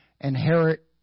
inherit